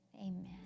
Amen